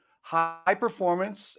high-performance